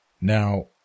Now